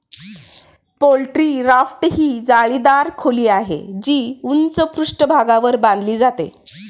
poultry raft ही जाळीदार खोली आहे, जी उंच पृष्ठभागावर बांधली जाते